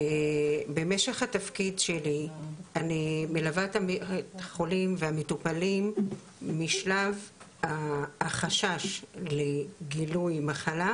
במשך התפקיד שלי אני מלווה את החולים והמטופלים משלב החשש לגילוי מחלה,